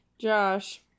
Josh